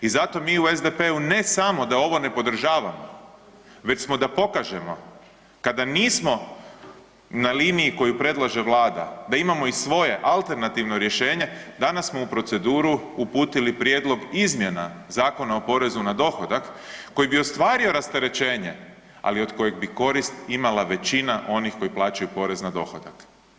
I zato mi u SDP-u ne samo da ovo ne podržavamo, već smo da pokažemo, kada nismo na liniji koju predlaže Vlada, da imamo i svoje alternativno rješenje, danas smo u proceduru uputili prijedlog izmjena Zakona o porezu na dohodak koji bi ostvario rasterećenje, ali od kojeg bi korist imala većina onih koji plaćaju porez na dohodak.